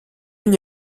n’y